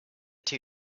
two